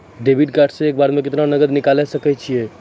Debit card से एक बार मे केतना नगद निकाल सके छी?